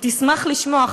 ותשמחו לשמוע,